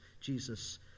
jesus